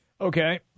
Okay